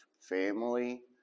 family